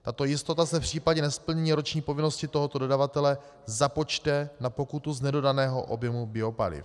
Tato jistota se v případě nesplnění roční povinnosti tohoto dodavatele započte na pokutu z nedodaného objemu biopaliv.